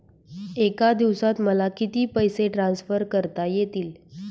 एका दिवसात मला किती पैसे ट्रान्सफर करता येतील?